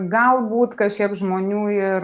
galbūt kažkiek žmonių ir